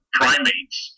primates